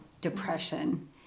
depression